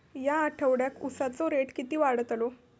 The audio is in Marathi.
या आठवड्याक उसाचो रेट किती वाढतलो?